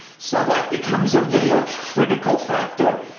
so that becomes a real critical factor.